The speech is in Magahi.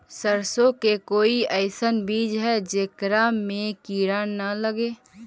सरसों के कोई एइसन बिज है जेकरा में किड़ा न लगे?